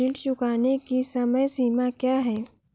ऋण चुकाने की समय सीमा क्या है?